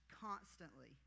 constantly